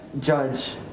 Judge